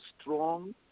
strong